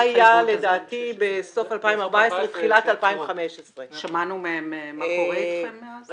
זה היה לדעתי בסוף 2014 תחילת 2015. שמענו מהם מה קורה אתכם מאז?